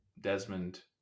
Desmond